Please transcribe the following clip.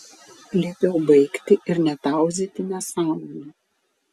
liepiau baigti ir netauzyti nesąmonių